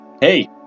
hey